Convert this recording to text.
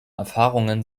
erfahrungen